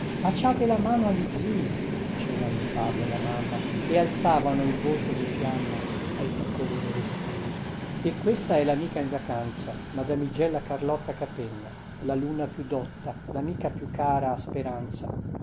baciate la mano alli zii dicevano il babbo e la mamma e alzavano il volto di fiamma ai piccolini restii e questa è lamica in vacanza madamigella carlotta capenna lalunna più dotta lamica più cara a speranza